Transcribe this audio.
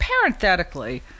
parenthetically